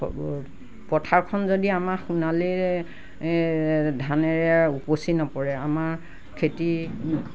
পথাৰখন যদি আমাৰ সোণালীৰে ধানেৰে উপচি নপৰে আমাৰ খেতি